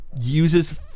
uses